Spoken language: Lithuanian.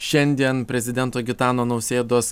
šiandien prezidento gitano nausėdos